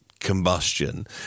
combustion